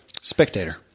spectator